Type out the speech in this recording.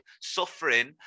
suffering